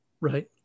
right